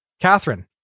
Catherine